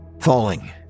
falling